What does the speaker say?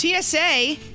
TSA